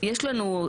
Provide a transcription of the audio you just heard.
יש לנו,